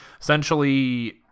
essentially